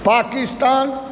Pakistan